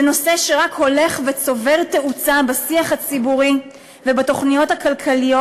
זה נושא שרק הולך וצובר תאוצה בשיח הציבורי ובתוכניות הכלכליות